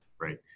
right